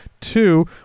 two